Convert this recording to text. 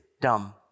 dumb